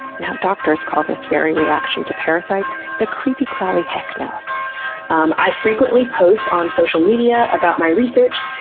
now, doctors call this very reaction to parasites the creepy crawly heck-nos um i frequently post on social media about my research,